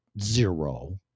zero